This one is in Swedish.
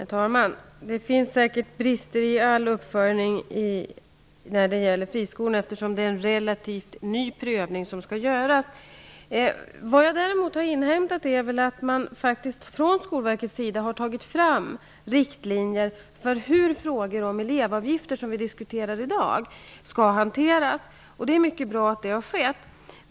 Herr talman! Det finns säkert brister i all uppföljning när det gäller friskolorna. Det är en relativt ny prövning som skall göras. Jag har inhämtat att man på Skolverket har tagit fram riktlinjer för hur frågor om elevavgifter -- som vi i dag diskuterar -- skall hanteras. Det är mycket bra att det har skett.